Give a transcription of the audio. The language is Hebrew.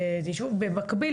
במקביל,